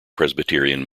presbyterian